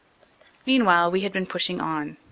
meanwhile we had been pushing on.